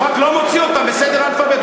הוא רק לא מוציא אותם בסדר האל"ף-בי"ת.